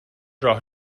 راه